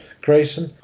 grayson